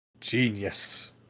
Genius